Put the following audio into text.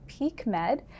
PeakMed